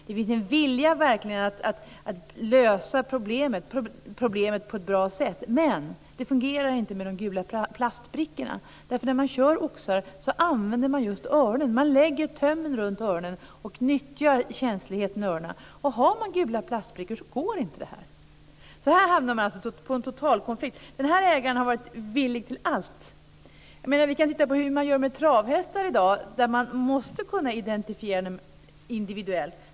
Det finns en verklig vilja att lösa problemet på ett bra sätt. Men det fungerar inte med de gula plastbrickorna. När man kör oxar använder man just öronen. Man lägger tömmen runt öronen och nyttjar känsligheten i öronen. Med de gula plastbrickorna går det alltså inte. Här uppstår en totalkonflikt. Ägaren har varit villig till allt. Vi kan se hur man gör med travhästar, som man måste kunna identifiera individuellt.